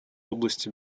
области